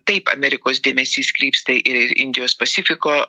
taip amerikos dėmesys krypsta į indijos pacifiko